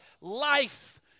Life